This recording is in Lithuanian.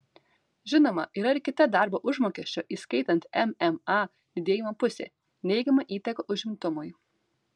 žinoma yra ir kita darbo užmokesčio įskaitant mma didėjimo pusė neigiama įtaka užimtumui